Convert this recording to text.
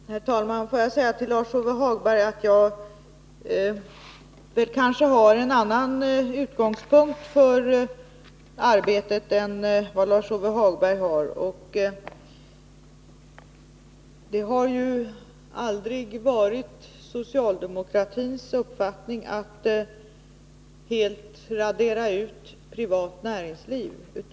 Herr talman! Låt mig till Lars-Ove Hagberg säga att jag väl kanske har en annan utgångspunkt för arbetet än Lars-Ove Hagberg har. Det har ju aldrig varit socialdemokratins uppfattning att vi helt skall radera ut det privata näringslivet.